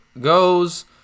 goes